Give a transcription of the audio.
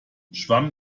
schwamm